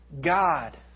God